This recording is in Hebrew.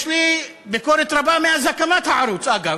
יש לי ביקורת רבה מאז הקמת הערוץ, אגב,